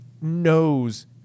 knows